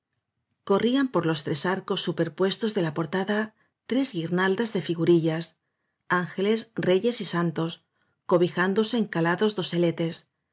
corrían por los tres arcos superpuestos de la portada tres guirnaldas de figurillas ángeles reyes y santos cobijándose en calados doseletes